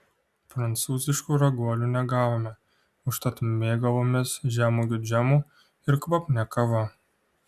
prancūziškų raguolių negavome užtat mėgavomės žemuogių džemu ir kvapnia kava